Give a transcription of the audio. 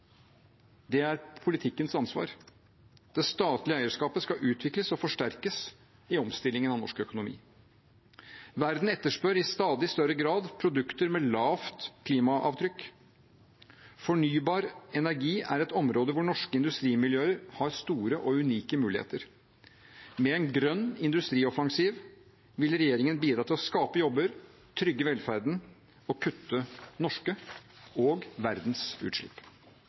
Det er politikkens ansvar. Det statlige eierskapet skal utvikles og forsterkes i omstillingen av norsk økonomi. Verden etterspør i stadig større grad produkter med lavt klimaavtrykk. Fornybar energi er et område hvor norske industrimiljøer har store og unike muligheter. Med en grønn industrioffensiv vil regjeringen bidra til å skape jobber, trygge velferden og kutte norske og verdens utslipp.